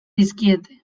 dizkiete